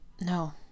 No